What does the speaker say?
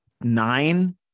nine